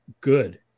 good